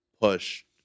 pushed